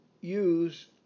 use